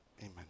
amen